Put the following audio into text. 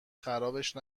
خرابش